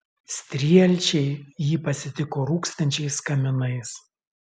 strielčiai jį pasitiko rūkstančiais kaminais